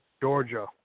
Georgia